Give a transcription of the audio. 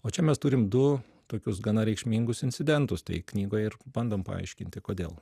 o čia mes turim du tokius gana reikšmingus incidentus tai knygoj ir bandom paaiškinti kodėl